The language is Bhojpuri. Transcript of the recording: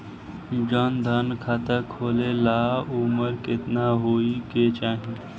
जन धन खाता खोले ला उमर केतना होए के चाही?